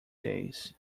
days